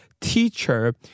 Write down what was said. teacher